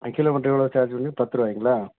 kilometre எவ்வளோ charge பண்ணுவீங்க பத்து ரூபாங்களா